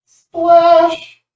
splash